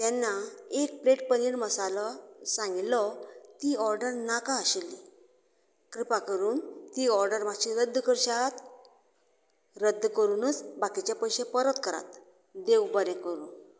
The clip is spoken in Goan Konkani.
तेन्ना एक प्लेट पनीर मसालो सांगिल्लो ती ऑर्डर नाका आशिल्ली कृपा करून ती ऑर्डर मातशी रद्द करशात रद्द करुनूच बाकीचे पयशे परत करात देव बरें करूं